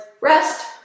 rest